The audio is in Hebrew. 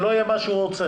שלא יהיה מה שהוא רוצה.